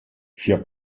vier